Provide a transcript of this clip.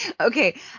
Okay